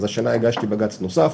אז השנה הגשתי בג"ץ נוסף,